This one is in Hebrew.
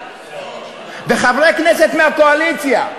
וחברי הכנסת מהקואליציה,